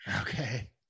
okay